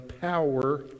power